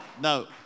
No